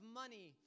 money